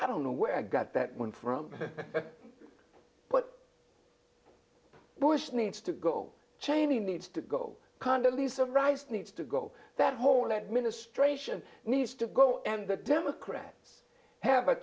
i don't know where i got that one from but bush needs to go cheney needs to go congolese of rice needs to go that whole administration needs to go and the democrats have a